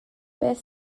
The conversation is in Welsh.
beth